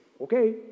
Okay